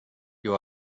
you